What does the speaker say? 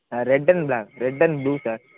ah red and black red and b sir